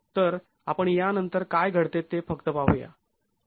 तर आपण यानंतर काय घडते ते फक्त पाहूया